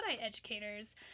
educators